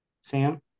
Sam